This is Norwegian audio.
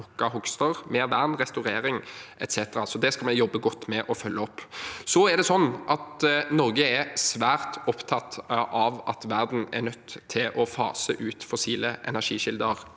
lukkede hogster, mer vern, restaurering etc. Det skal vi jobbe godt med å følge opp. Norge er svært opptatt av at verden er nødt til å fase ut fossile energikilder